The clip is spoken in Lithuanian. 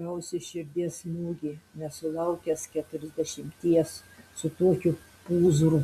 gausi širdies smūgį nesulaukęs keturiasdešimties su tokiu pūzru